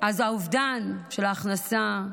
האובדן של ההכנסה,